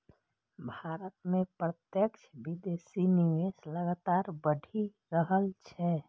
भारत मे प्रत्यक्ष विदेशी निवेश लगातार बढ़ि रहल छै